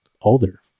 older